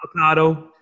avocado